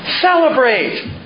Celebrate